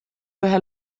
ühel